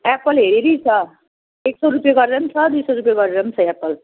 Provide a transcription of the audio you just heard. Apple हेरि हेरि छ एक सौ रुपियाँ गरेर पनि छ दुई सौ रुपियाँ गरेर पनि छ एप्पल